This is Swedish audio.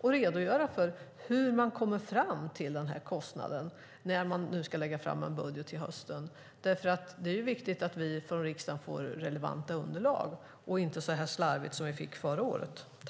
och inte kan redogöra för hur man kommer fram till denna kostnad när man nu ska lägga fram en budget till hösten. Det är viktigt att vi i riksdagen får relevanta underlag och att det inte blir så slarvigt som det vi fick förra året.